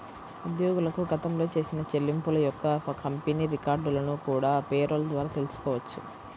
ఉద్యోగులకు గతంలో చేసిన చెల్లింపుల యొక్క కంపెనీ రికార్డులను కూడా పేరోల్ ద్వారా తెల్సుకోవచ్చు